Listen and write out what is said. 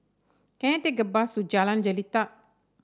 can I take a bus to Jalan Jelita